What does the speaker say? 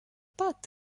pat